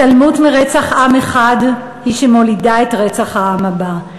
התעלמות מרצח עם אחד היא שמולידה את רצח העם הבא.